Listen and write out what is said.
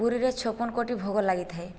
ପୁରୀରେ ଛପନ କୋଟି ଭୋଗ ଲାଗିଥାଏ